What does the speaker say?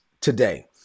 today